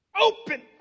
Open